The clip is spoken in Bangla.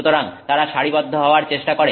সুতরাং তারা সারিবদ্ধ হওয়ার চেষ্টা করে